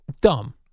Dumb